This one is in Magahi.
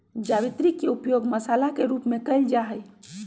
जावित्री के उपयोग मसाला के रूप में कइल जाहई